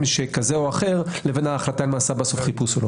כזה או אחר לבין ההחלטה אם נעשה בסוף חיפוש.